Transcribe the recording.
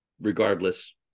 regardless